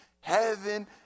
heaven